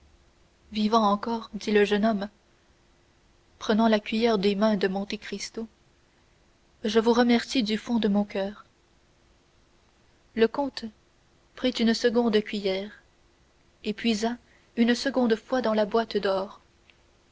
vivant encore dit le jeune homme prenant la cuiller des mains de monte cristo je vous remercie du fond de mon coeur le comte prit une seconde cuiller et puisa une seconde fois dans la boîte